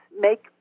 make